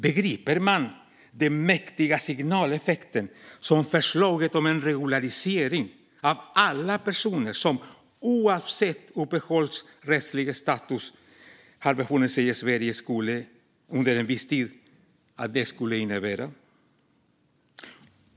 Begriper man den mäktiga signaleffekt som förslaget om en regularisering av alla personer som oavsett uppehållsrättlig status befunnit sig i Sverige under en viss tid skulle innebära?